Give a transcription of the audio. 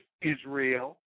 Israel